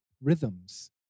rhythms